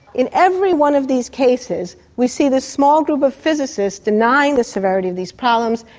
in every one of these cases, we see this small group of physicists denying the severity of these problems.